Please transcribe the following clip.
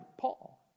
Paul